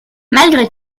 malgré